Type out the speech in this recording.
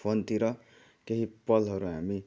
फोनतिर केही पलहरू हामी